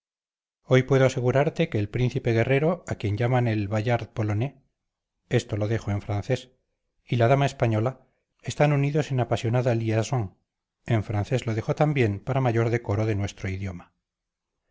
hoy puedo asegurarte que el príncipe guerrero a quien llaman el bayard polonais esto lo dejo en francés y la dama española están unidos en apasionada liaison en francés lo dejo también para mayor decoro de nuestro idioma